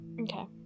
Okay